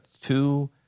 Two